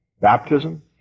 baptism